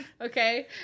Okay